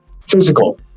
physical